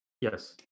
Yes